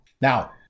Now